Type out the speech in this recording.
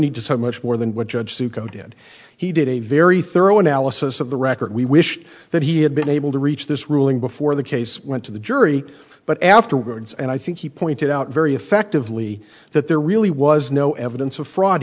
need to so much more than what judge sukkot did he did a very thorough analysis of the record we wish that he had been able to reach this ruling before the case went to the jury but afterwards and i think he pointed out very effectively that there really was no evidence of fraud